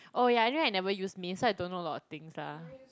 oh yeah anyway I never use miss so I don't know a lot of things lah